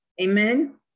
amen